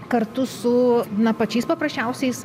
kartu su na pačiais paprasčiausiais